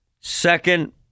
second